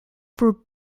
for